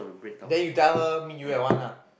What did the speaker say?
and then you tell her meet you at one lah